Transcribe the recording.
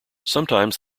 sometimes